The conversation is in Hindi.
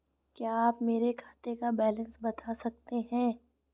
क्या आप मेरे खाते का बैलेंस बता सकते हैं?